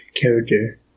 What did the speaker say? character